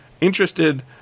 interested